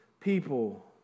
people